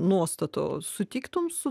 nuostatų sutiktum su